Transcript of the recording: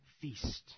feast